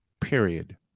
Period